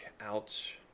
out